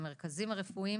המרכזים הרפואיים